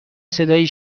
صدایی